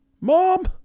mom